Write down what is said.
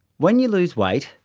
when you lose weight,